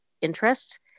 interests